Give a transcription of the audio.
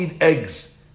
eggs